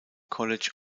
college